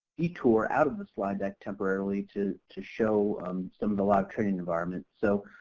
detour out of the slide deck temporarily to to show some of the live training environment so.